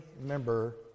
member